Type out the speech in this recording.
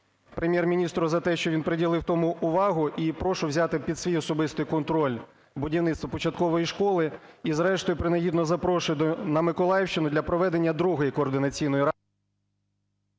Прем’єр-міністру за те, що він приділив тому увагу, і прошу взяти під свій особистий контроль будівництво початкової школи. І зрештою принагідно запрошую на Миколаївщину для проведення другої Координаційної ради…